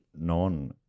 non